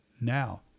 now